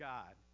God